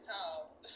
tall